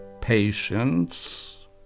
patience